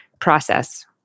process